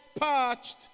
parched